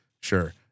Sure